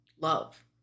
love